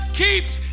keeps